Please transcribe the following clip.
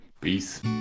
Peace